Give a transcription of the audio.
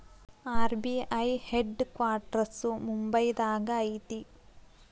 RBI head quarters ಮುಂಬೈದಾಗ ಐತಿ